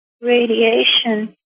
radiation